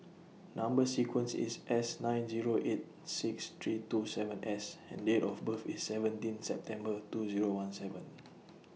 Number sequence IS S nine Zero eight six three two seven S and Date of birth IS seventeen September two Zero one seven